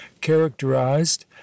characterized